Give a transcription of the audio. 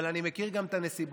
אבל אני מכיר גם את הנסיבות.